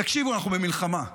תקשיבו, אנחנו במלחמה.